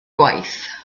gwaith